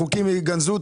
החוקים ייגנזו,